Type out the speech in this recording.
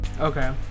okay